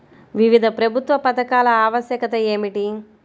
వివిధ ప్రభుత్వ పథకాల ఆవశ్యకత ఏమిటీ?